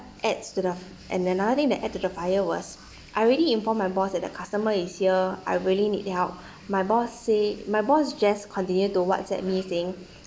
adds to the and another thing that add to the fire was I already informed my boss that the customer is here I really need help my boss say my boss just continue to whatsapp me saying